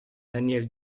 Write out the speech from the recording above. daniel